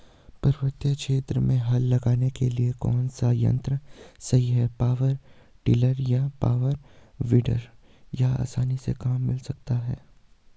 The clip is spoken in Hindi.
पर्वतीय क्षेत्रों में हल लगाने के लिए कौन सा यन्त्र सही है पावर टिलर या पावर वीडर यह आसानी से कहाँ मिल सकता है?